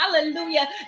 hallelujah